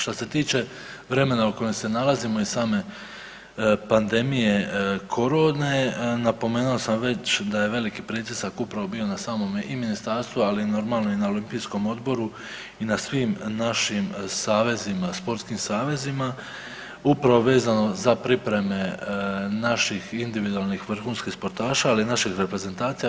Što se tiče vremena u kojem se nalazimo i same pandemije korone, napomenuo sam već da je veliki pritisak upravo bio na samome i ministarstvu, ali normalno i na olimpijskom odboru i na svim našim savezima, sportskim savezima upravo vezano za pripreme naših individualnih vrhunskih sportaša ali i naš reprezentativaca.